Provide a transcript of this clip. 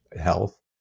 health